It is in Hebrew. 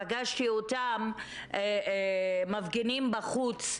פגשתי אותם מפגינים בחוץ.